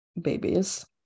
babies